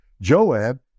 Joab